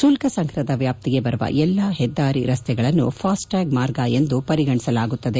ಶುಲ್ಕ ಸಂಗ್ರಹದ ವ್ಯಾಪ್ತಿಗೆ ಬರುವ ಎಲ್ಲ ಹೆದ್ದಾರಿ ರಸ್ತೆಗಳನ್ನು ಫಾಸ್ಟ್ಟ್ಯಾಗ್ ಮಾರ್ಗ ಎಂದು ಪರಿಗಣಿಸಲಾಗುತ್ತದೆ